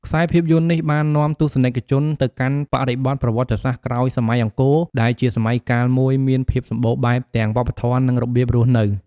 ខ្សែភាពយន្តនេះបាននាំទស្សនិកជនទៅកាន់បរិបទប្រវត្តិសាស្ត្រក្រោយសម័យអង្គរ ដែលជាសម័យកាលមួយមានភាពសម្បូរបែបទាំងវប្បធម៌ និងរបៀបរស់នៅ។